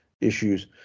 issues